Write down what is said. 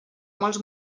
molts